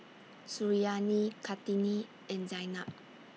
Suriani Kartini and Zaynab